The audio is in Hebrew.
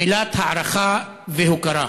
מילת הערכה והוקרה.